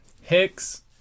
Hicks